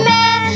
Man